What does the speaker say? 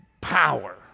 Power